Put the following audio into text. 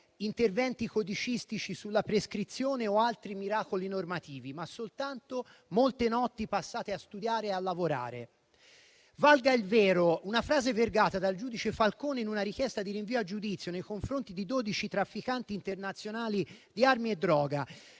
interventi codicistici sulla prescrizione o altri miracoli normativi, ma soltanto molte notti passate a studiare e a lavorare. Valga il vero: una frase vergata dal giudice Falcone in una richiesta di rinvio a giudizio nei confronti di 12 trafficanti internazionali di armi e droga.